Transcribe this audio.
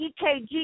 EKG